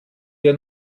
wir